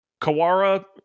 Kawara